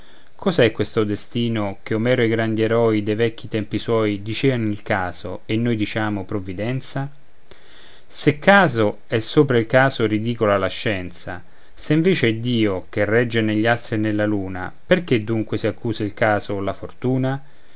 cos'è questo destino che omero e i grandi eroi de vecchi tempi suoi diceano il caso e noi diciamo provvidenza se caso è sopra il caso ridicola la scienza se invece è iddio che regge negli astri e nella luna perché dunque si accusa il caso o la fortuna